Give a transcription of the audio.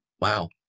Wow